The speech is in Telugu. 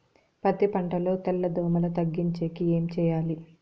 పత్తి పంటలో తెల్ల దోమల తగ్గించేకి ఏమి చేయాలి?